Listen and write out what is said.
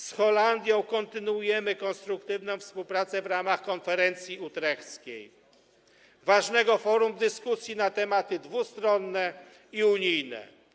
Z Holandią kontynuujemy konstruktywną współpracę w ramach Konferencji Utrechtskiej, ważnego forum dyskusji na tematy dwustronne i unijne.